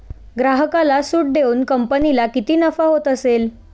ग्राहकाला सूट देऊन कंपनीला किती नफा होत असेल